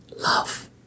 love